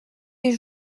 les